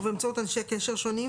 ובאמצעות אנשי קשר שונים,